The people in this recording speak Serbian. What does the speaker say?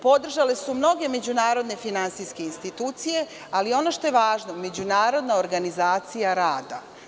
Podržale su mnoge međunarodne finansijske institucije, ali ono što je važno, Međunarodna organizacija rada.